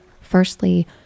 Firstly